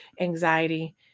anxiety